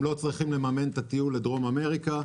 והם לא צריכים לממן את הטיול לדרום אמריקה,